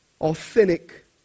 authentic